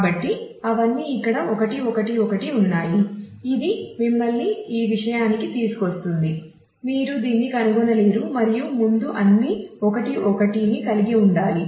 కాబట్టి అవన్నీ ఇక్కడ 1 1 1 ఉన్నాయి ఇది మిమ్మల్ని ఈ విషయానికి తీసుకువస్తుంది మీరు దీన్ని కనుగొనలేరు మరియు ముందు అన్ని 1 1 ని కలిగి ఉండాలి